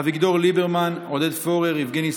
אביגדור ליברמן, עודד פורר, יבגני סובה,